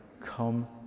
Come